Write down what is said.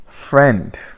Friend